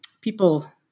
people